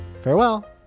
farewell